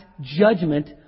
judgment